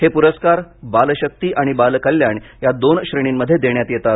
हे पुरस्कार बाल शक्ती आणि बाल कल्याण या दोन श्रेणींमध्ये देण्यात येतात